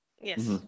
Yes